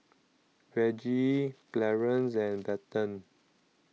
Reggie Clarance and Bethann